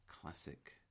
Classic